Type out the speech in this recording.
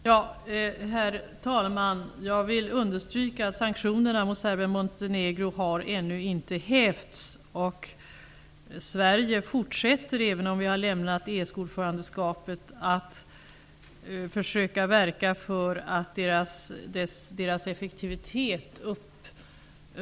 Herr talman! Jag vill understryka att sanktionerna mot Serbien-Montenegro ännu inte hävts. Sverige fortsätter, även om vi har lämnat ESK ordförandeskapet, att försöka att verka för att upprätthålla saktionernas effektivitet.